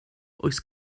oes